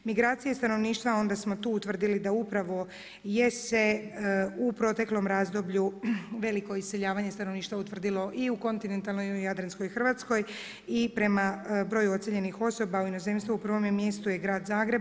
Migracije stanovništva, onda smo tu utvrdili da upravo je se u proteklom razdoblju veliko iseljavanje stanovništva utvrdilo i u kontinentalnoj i u jadranskoj Hrvatskoj i prema broju ocjenjenih osoba u inozemstvu, u prvom je mjestu Grad Zagreb.